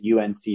unc